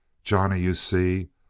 johnny, you see!